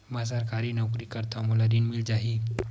मै सरकारी नौकरी करथव मोला ऋण मिल जाही?